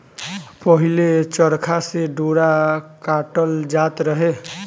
पहिले चरखा से डोरा काटल जात रहे